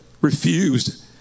refused